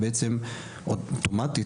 בעצם אוטומטית,